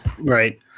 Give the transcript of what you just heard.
Right